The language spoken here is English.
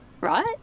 Right